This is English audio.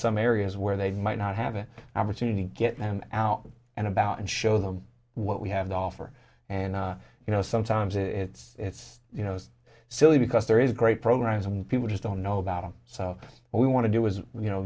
some areas where they might not have an opportunity to get in and out and about and show them what we have to offer and you know sometimes it's it's you know silly because there is great programs and people just don't know about it so we want to do is you know